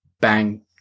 bang